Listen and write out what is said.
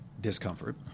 discomfort